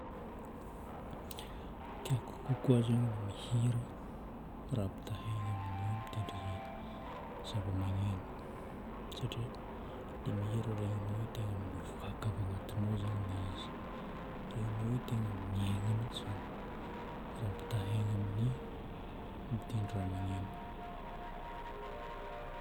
Tiako kokoa zagny ny mihira raha ampitahaigna amin'ny hoe mitendry zavamaneno satria ilay mihira regninao hoe tegna mivoaka avy agnatinao zagny ilay izy. Regninao hoe tegna miaigna mihitsy zagny raha ampitahaigna amin'ny mitendry zavamaneno.